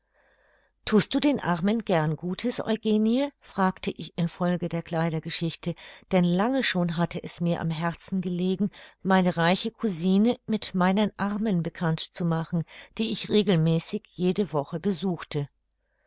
thust du den armen gern gutes eugenie fragte ich in folge der kleidergeschichte denn lange schon hatte es mir am herzen gelegen meine reiche cousine mit meinen armen bekannt zu machen die ich regelmäßig jede woche besuchte